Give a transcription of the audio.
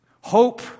Hope